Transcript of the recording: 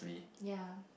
ya